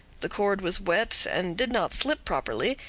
the cord was wet and did not slip properly,